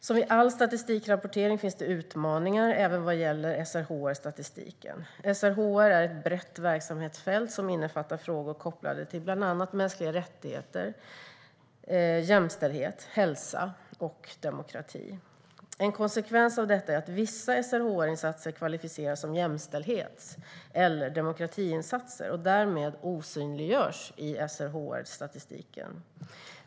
Som vid all statistikrapportering finns det utmaningar även vad gäller SRHR-statistiken. SRHR är ett brett verksamhetsområde som innefattar frågor kopplade till bland annat mänskliga rättigheter, jämställdhet, hälsa och demokrati. En konsekvens av detta är att vissa SRHR-insatser klassificeras som jämställdhets eller demokratiinsatser och därmed osynliggörs i SRHR-statistiken.